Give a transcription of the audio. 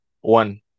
one